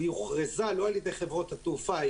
היא הוכרזה לא על-ידי חברות התעופה אלא